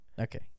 Okay